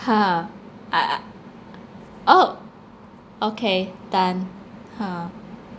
ha uh uh oh okay done ha